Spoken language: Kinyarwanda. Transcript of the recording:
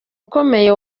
ukomeye